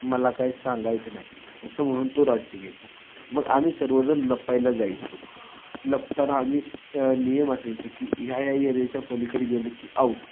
मला काय सांगायचं नाही असं म्हणून तो राज्य घ्यायचा मग आम्ही सर्वजण लपायला जायचो लपताना आम्ही नियम असायचं की ह्या या एरियाच्या पलीकडे गेलं की आऊट